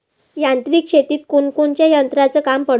यांत्रिक शेतीत कोनकोनच्या यंत्राचं काम पडन?